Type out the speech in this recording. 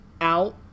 out